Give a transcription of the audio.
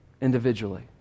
individually